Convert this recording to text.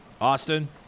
Austin